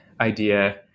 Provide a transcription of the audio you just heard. idea